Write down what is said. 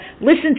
listen